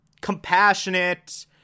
compassionate